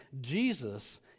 Jesus